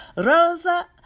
Rosa